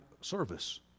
service